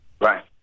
Right